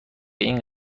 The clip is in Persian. این